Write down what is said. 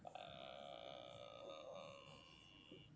um